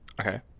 Okay